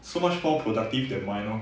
so much more productive than mine lor